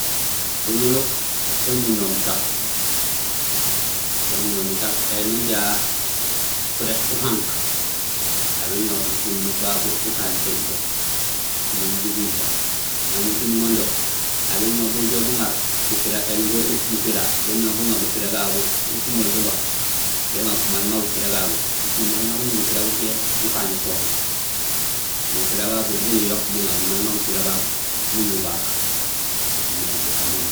Bununuk sin buñoow mutaaf; sén buñoow mutaaf éni ujaa furé fahank, aw béñoow bununuk babu bukahéén utooj bo umbo buju buyuho; éni muting mondo, aw béñoow bujoow buŋaar gufira, éni bufira, béñoow buŋar gufira gagu umulut go, béŋa maal ma gufira gagu écimé nak uñoow gufira gucéé gukaan éponge. Bufira babu buyoyook buŋa maal ma gufira gagu mun bubaak, mé bukaan mama.